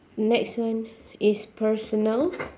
next one is personal